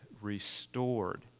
restored